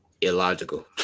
illogical